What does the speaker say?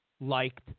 liked